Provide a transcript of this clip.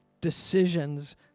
decisions